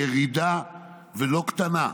ירידה לא קטנה.